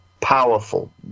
powerful